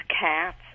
cats